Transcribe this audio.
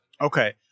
okay